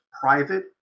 private